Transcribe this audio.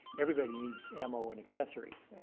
everybody needs ammo and accessories.